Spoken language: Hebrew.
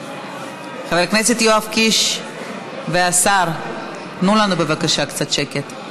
חבר הכנסת יואב קיש והשר, תנו לנו בבקשה קצת שקט.